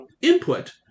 input